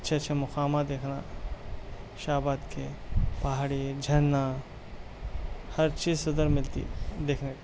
اچھے اچھے مقامات دیکھنا شاہ آباد کے پہاڑی جھرنا ہر چیز ادھر ملتی ہے دیکھنے کو